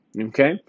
okay